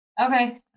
Okay